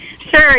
Sure